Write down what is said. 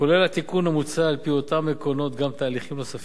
כולל התיקון המוצע על-פי אותם עקרונות גם תהליכים נוספים: